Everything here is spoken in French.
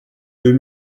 deux